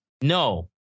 No